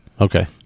Okay